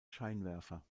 scheinwerfer